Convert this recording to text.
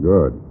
Good